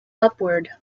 upward